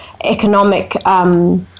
economic